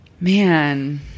Man